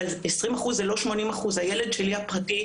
אבל 20% הם לא 80%. הילד הפרטי שלי,